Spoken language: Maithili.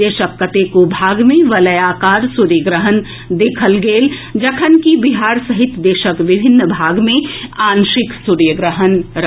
देशक कतेको भाग मे वलायाकार सूर्यग्रहण देखल गेल जखनकि बिहार सहित देशक विभिन्न भाग मे आंशिक सूर्यग्रहण रहल